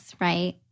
right